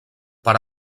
per